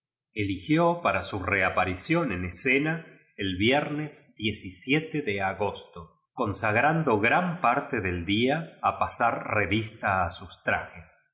eligió para su reaparición en escena el viernes de agosto consagrando gran parte del día a pasar revista a sus trajes